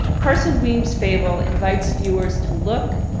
parson weems' fable invites viewers to look,